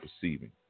perceiving